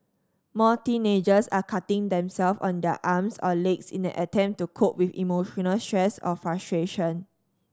more teenagers are cutting them self on their arms or legs in an attempt to cope with emotional stress or frustration